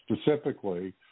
specifically